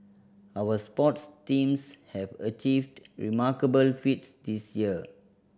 our sports teams have achieved remarkable feats this year